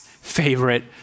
favorite